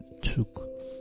took